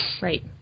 right